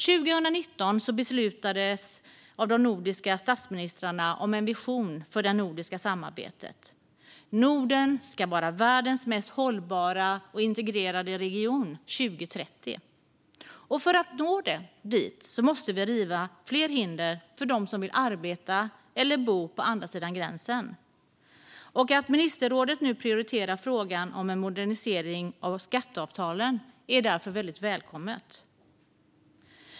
År 2019 beslutade de nordiska statsministrarna om en vision för det nordiska samarbetet. Norden ska vara världens mest hållbara och integrerade region 2030. För att nå dit måste vi riva fler hinder för dem som vill arbeta eller bo på andra sidan gränsen. Att ministerrådet nu prioriterar frågan om en modernisering av skatteavtalen är därför väldigt välkommet.